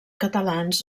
catalans